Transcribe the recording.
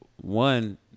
One